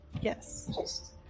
Yes